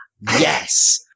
yes